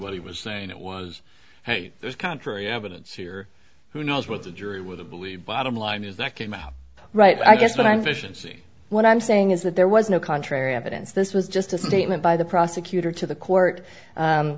what he was saying it was hey there's contrary evidence here who knows what the jury with the believe bottom line is that came out right i guess what i'm fish and see what i'm saying is that there was no contrary evidence this was just a statement by the prosecutor to the court